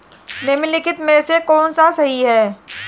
निम्नलिखित में से कौन सा सही है?